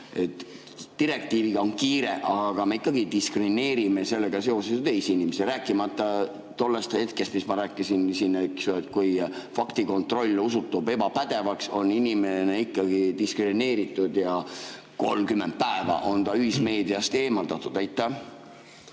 Direktiiviga on kiire, aga me ikkagi diskrimineerime sellega seoses teisi inimesi. Rääkimata sellest, mis ma rääkisin siin, eks ju, et kui faktikontroll osutub ebapädevaks, siis on inimene ikkagi diskrimineeritud, 30 päeva on ta ühismeediast eemaldatud. Tänan,